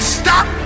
stop